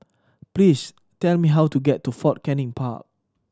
please tell me how to get to Fort Canning Park